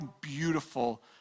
beautiful